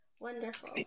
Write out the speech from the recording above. Wonderful